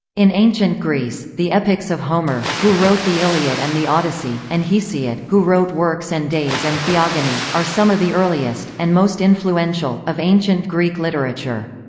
in ancient greece, the epics of homer, who wrote the iliad and the odyssey, and hesiod, who wrote works and days and theogony, are some of the earliest, and most influential, of ancient greek literature.